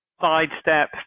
sidestep